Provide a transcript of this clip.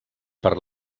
per